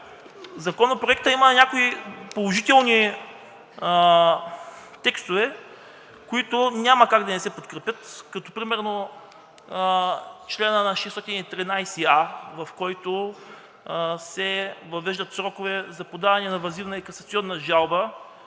Законопроектът има някои положителни текстове, които няма как да не се подкрепят, примерно текстът на чл. 613а, в който се въвеждат срокове за подаване на въззивна и касационна жалба